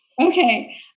Okay